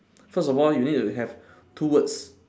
first of all you need to have two words